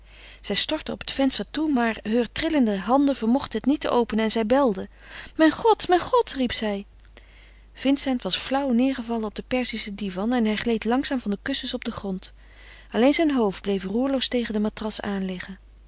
zij stortte op het venster toe maar heur trillende handen vermochten het niet te openen en zij belde mijn god mijn god riep zij vincent was flauw neêrgevallen op den perzischen divan en hij gleed langzaam van de kussens op den grond alleen zijn hoofd bleef roerloos tegen den matras aanliggen